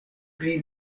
pri